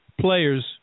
players